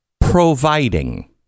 providing